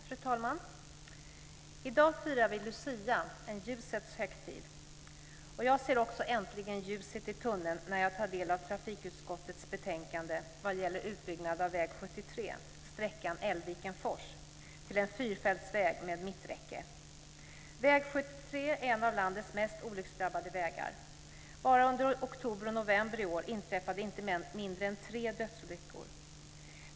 Fru talman! I dag firar vi Lucia, en ljusets högtid. Jag ser också äntligen ljuset i tunneln när jag tar del av trafikutskottets betänkande vad gäller utbyggnad av väg 73, sträckan Älgviken-Fors, till en fyrfältsväg med mitträcke. Väg 73 är en av landets mest olycksdrabbade vägar. Bara under oktober och november i år inträffade inte mindre än tre dödsolyckor.